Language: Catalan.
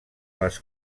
les